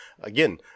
again